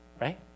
right